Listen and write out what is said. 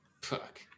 fuck